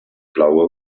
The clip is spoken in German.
blaue